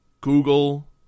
Google